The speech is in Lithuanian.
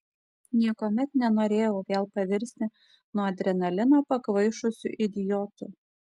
niekuomet nenorėjau vėl pavirsti nuo adrenalino pakvaišusiu idiotu